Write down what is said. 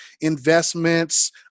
investments